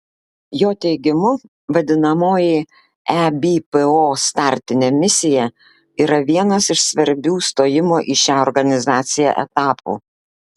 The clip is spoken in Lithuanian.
jo teigimu vadinamoji ebpo startinė misija yra vienas iš svarbių stojimo į šią organizaciją etapų